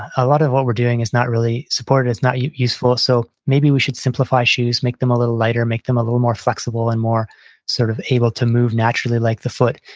a lot of what we're doing is not really supported, is not useful. so maybe we should simplify shoes, make them a little lighter, make them a little more flexible and more sort of able to move naturally like the foot.